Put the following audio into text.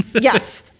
Yes